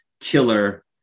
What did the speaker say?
killer